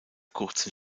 kurzen